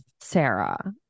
Sarah